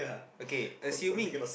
okay assuming